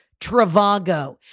Travago